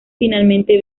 finalmente